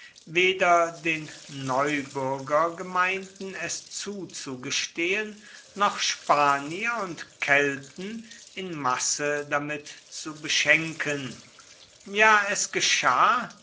weder den neubürgergemeinden es zuzugestehen noch spanier und kelten in masse damit zu beschenken ja es geschah